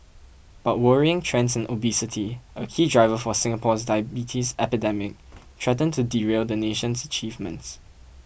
but worrying trends in obesity a key driver for Singapore's diabetes epidemic threaten to derail the nation's achievements